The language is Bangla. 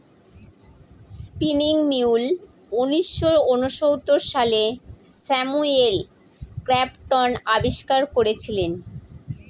স্পিনিং মিউল উনিশশো ঊনসত্তর সালে স্যামুয়েল ক্রম্পটন আবিষ্কার করেছিলেন